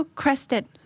crested